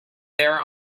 there